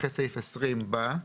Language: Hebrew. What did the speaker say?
אחרי סעיף 20 בא: